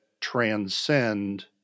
transcend